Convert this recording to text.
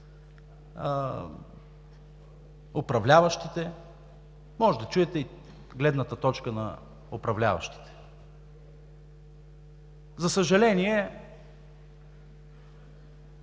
управляващите, може да чуете и гледната точка на управляващите. За съжаление,